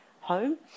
home